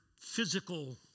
physical